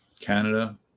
Canada